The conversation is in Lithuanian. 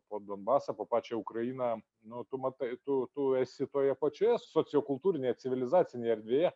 po donbasą o pačią ukrainą nu tu matai tu tu esi toje pačioje sociokultūrinėje civilizacinėje erdvėje